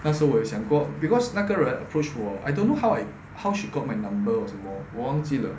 那时候我有想过 because 那个人 approach 我 I don't know how how she got my number or 什么我忘记了